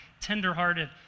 tenderhearted